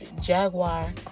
jaguar